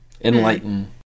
Enlighten